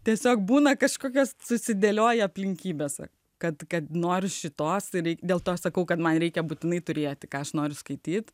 tiesiog būna kažkokios susidėlioja aplinkybės kad kad noriu šitos tai dėl to sakau kad man reikia būtinai turėti ką aš noriu skaityti